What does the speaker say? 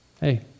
Hey